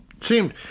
Seemed